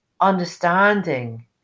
understanding